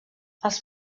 els